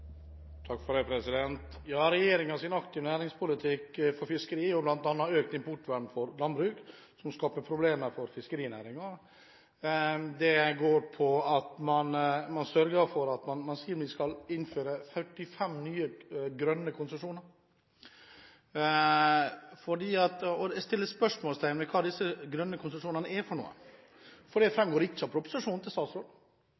næringspolitikk for fiskeri og bl.a. økt importvern for landbruk skaper problemer for fiskerinæringen. Man sier at man skal innføre 45 nye grønne konsesjoner. Jeg setter spørsmålstegn ved hva disse grønne konsesjonene er, for